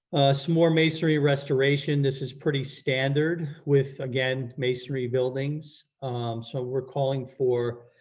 some more masonry restoration. this is pretty standard with again, masonry buildings so we're calling for,